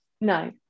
No